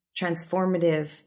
transformative